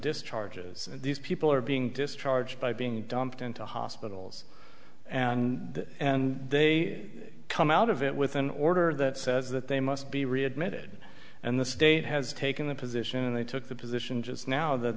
discharges these people are being discharged by being dumped into hospitals and and they come out of it with an order that says that they must be readmitted and the state has taken the position and they took the position just now that